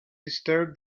disturbed